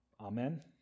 amen